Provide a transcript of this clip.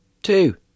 Two